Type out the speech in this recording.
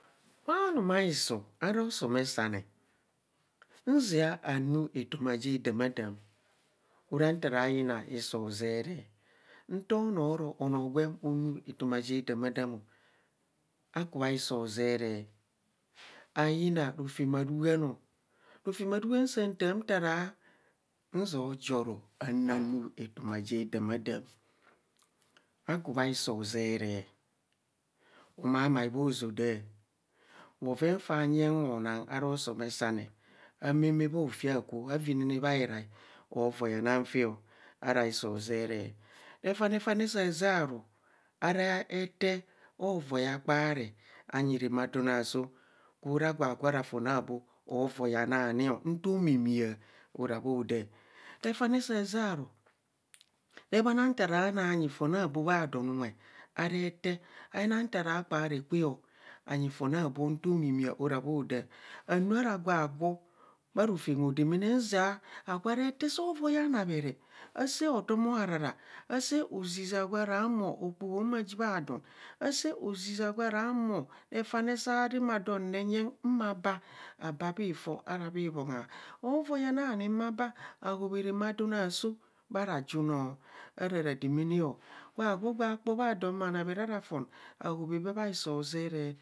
Bha numaiso ara osomesane. nzia anu atoms je damadam. ara mka ra yona hiso zeree nto nuo ara anoo gwem onu etoma ja damadam. Aku baa iso zaree ayina rofem aruham saa tas mka ra nzia jaro ansnu etoma ja dama dam aku bha iso zeree omai mai bhozo daa bhoven fanyeng anang ara somesane. amame bha ofii akwo avinene bhairai avoid anang feo ara hiso zeree refane fane sazaro are eye avoid akpaare anyi ramaadon aaso gwo raa gwa agwo ara fon a boo. ovoi ana ni o. nto mimia ora bhodaa. refane saa zaa aro re bhano nta ra naa nyi fon a boo bha donunwe are eye ayina nta ra kpaara kweee anyi fon a boo nto omemia ora bhoda. anu are gwa agwo bha rofem hodamaana o nzia agwo ara ete saa voi anamera asaa atom oharora. asaa ozizia gwa rahoma okpoho ma ji ma don. saa oziza gwara homo refane saa ramaadon renyong ma baa. abaa bhito ara bhi moaha. ovoi na ni mbaa hobhe ramaadon aaso bha rajuno ara radamada o gwa gwo gwa kpo bha dom are fon ahobo bha iso zeree